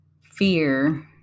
fear